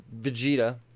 Vegeta